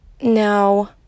No